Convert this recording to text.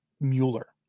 Mueller